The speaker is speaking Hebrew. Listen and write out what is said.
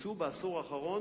קוצצו בעשור האחרון,